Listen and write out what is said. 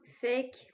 Fake